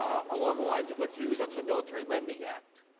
along the lines of what's used under the military lending act.